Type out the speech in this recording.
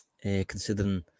considering